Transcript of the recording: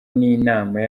n’inama